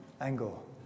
angle